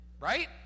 Right